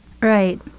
Right